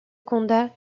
condat